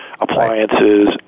appliances